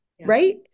Right